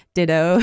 Ditto